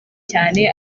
cyane